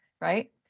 Right